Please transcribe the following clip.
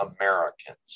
americans